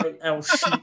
else